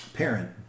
Parent